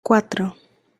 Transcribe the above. cuatro